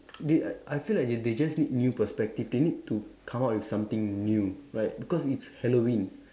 they I feel like they they just need new perspective they need to come up with something new right because it's Halloween